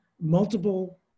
multiple